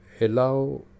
Allow